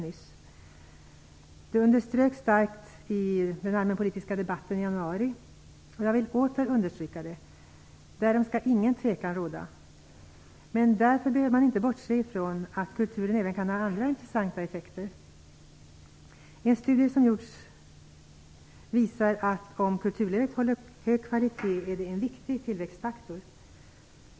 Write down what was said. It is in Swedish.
Det underströks starkt i den allmänpolitiska debatten i januari och jag vill åter understryka det. Därom skall inget tvivel råda. Därför behöver man inte bortse från att kulturen även kan ha andra intressanta effekter. En studie som har gjorts visar att om kulturlivet håller hög kvalitet är det en viktig tillväxtfaktor.